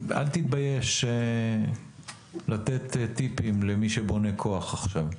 אל תתבייש לתת טיפים למי שבונה כוח עכשיו.